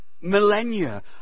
millennia